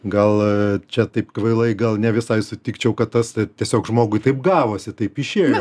gal čia taip kvailai gal ne visai sutikčiau kad tas tai tiesiog žmogui taip gavosi taip išėjo